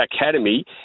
academy